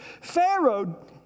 Pharaoh